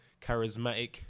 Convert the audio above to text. charismatic